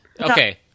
Okay